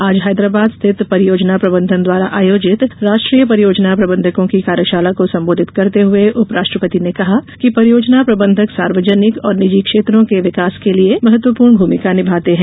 आज हैदराबाद स्थित परियोजना प्रबंधन द्वारा आयोजित राष्ट्रीय परियोजना प्रबंधकों की कार्यशाला को संबोधित करते हुए उपराष्ट्रपति ने कहा कि परियोजना प्रबंधक सार्वजनिक और निजी क्षेत्रों को विकास के लिए महत्वपूर्ण भूमिका निभाते हैं